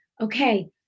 Okay